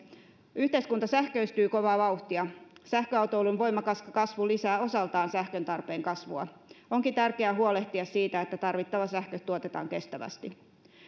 yhteiskunta sähköistyy kovaa vauhtia sähköautoilun voimakas kasvu lisää osaltaan sähkön tarpeen kasvua onkin tärkeää huolehtia siitä että tarvittava sähkö tuotetaan kestävästi